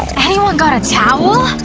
anyone got a towel?